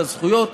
את הזכויות,